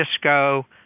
Cisco